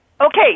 Okay